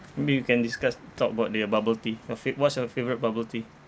maybe you can discuss talk about the uh bubble tea your fav~ what's your favourite bubble tea